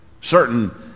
Certain